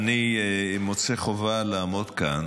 אני מוצא חובה לעמוד כאן